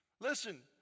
Listen